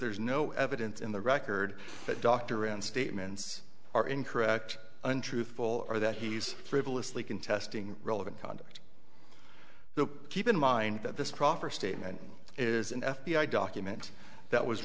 there's no evidence in the record that doctrine statements are incorrect untruthful or that he's frivolously contesting relevant conduct so keep in mind that this proffer statement is an f b i document that was